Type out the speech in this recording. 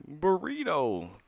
Burrito